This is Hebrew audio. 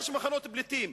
יש מחנות פליטים,